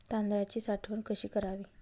तांदळाची साठवण कशी करावी?